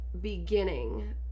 beginning